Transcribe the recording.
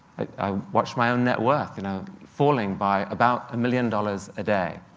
watched my own net worth you know falling by about a million dollars a day,